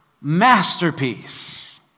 Masterpiece